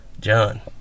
John